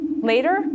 Later